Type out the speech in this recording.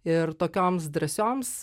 ir tokioms drąsioms